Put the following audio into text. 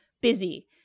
busy